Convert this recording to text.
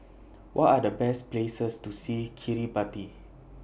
What Are The Best Places to See Kiribati